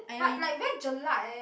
but like very jelak eh